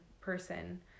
person